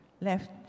left